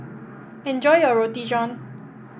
enjoy your Roti John